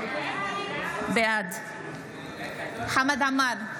בעד חמד עמאר,